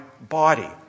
body